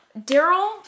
Daryl